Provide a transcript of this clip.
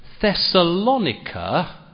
Thessalonica